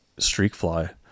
Streakfly